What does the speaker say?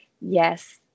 yes